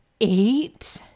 eight